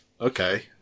Okay